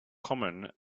common